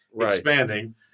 expanding